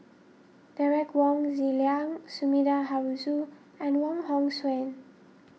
Derek Wong Zi Liang Sumida Haruzo and Wong Hong Suen